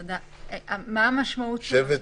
שוב,